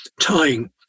tying